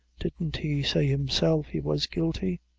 didn't he say himself he was guilty?